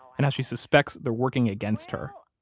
and how she suspects they're working against her.